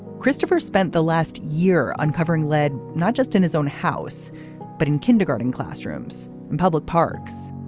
christopher spent the last year uncovering led not just in his own house but in kindergarten classrooms and public parks.